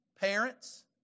Parents